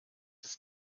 ist